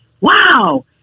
Wow